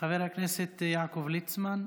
חבר הכנסת יעקב ליצמן,